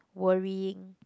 worrying